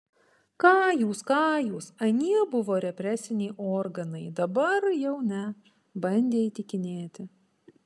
ką jūs ką jūs anie buvo represiniai organai dabar jau ne bandė įtikinėti